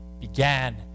began